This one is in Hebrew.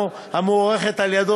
לפי הערכתו,